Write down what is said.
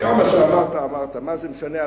כמה שאמרת אמרת, מה זה משנה.